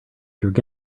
through